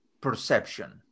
perception